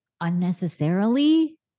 unnecessarily